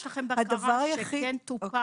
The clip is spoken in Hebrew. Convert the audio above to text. יש לכם בקרה שכן טופל?